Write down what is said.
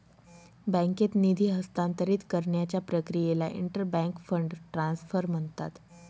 बँकेत निधी हस्तांतरित करण्याच्या प्रक्रियेला इंटर बँक फंड ट्रान्सफर म्हणतात